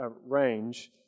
range